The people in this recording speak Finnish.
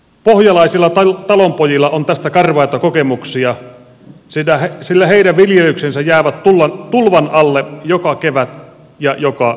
pohjalaisilla talonpojilla on tästä karvaita kokemuksia sillä heidän viljelyksensä jäävät tulvan alle joka kevät ja joka syksy